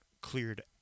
cleared